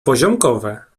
poziomkowe